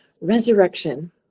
Resurrection